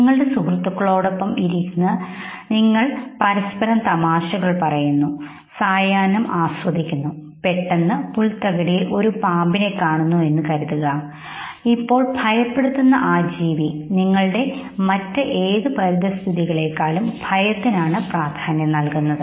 നിങ്ങളുടെ സുഹൃത്തുക്കളോടൊപ്പം ഇരിക്കുന്നത് നിങ്ങൾ പരസ്പരം തമാശകൾ പറയുന്നു നിങ്ങൾ സായാഹ്നം ആസ്വദിക്കുന്നു പെട്ടെന്ന് നിങ്ങൾ പുൽത്തകിടിയിൽ ഒരു പാമ്പിനെ കാണുന്നു ഇപ്പോൾ ഭയപ്പെടുത്തുന്ന ആ ജീവി നിങ്ങളുടെ മറ്റു പരിസ്ഥിതിക്കാളും ഭയത്തിനു പ്രാധാന്യം നൽകുന്നു